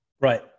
Right